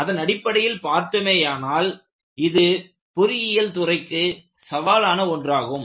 அதனடிப்படையில் பார்த்தோமேயானால் இது பொறியியல் துறைக்கு சவாலான ஒன்றாகும்